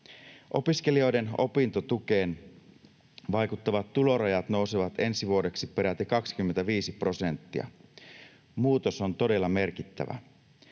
Opiskelijoiden opintotukeen vaikuttavat tulorajat nousevat ensi vuodeksi peräti 25 prosenttia. Muutos on todella merkittävä.